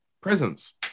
Presence